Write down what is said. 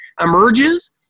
emerges